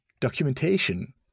documentation